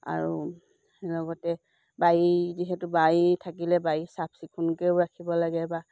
আৰু লগতে বাৰী যিহেতু বাৰী থাকিলে বাৰী চাফ চিকুণকেও ৰাখিব লাগে বা